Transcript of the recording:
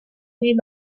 made